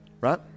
Right